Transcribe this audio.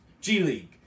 G-League